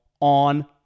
on